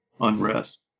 unrest